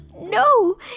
No